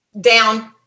down